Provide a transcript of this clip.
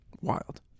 Wild